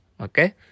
Okay